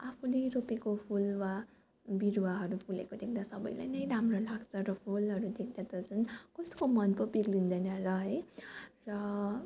आफूले रोपेको फुल वा विरुवाहरू फुलेको देख्दा सबैलाई नै राम्रो लाग्छ र फुलहरू देख्दा त झन् कसको मन पो पिग्लँदैन र है र